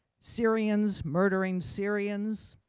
syrians murdering syrians,